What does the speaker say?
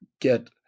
get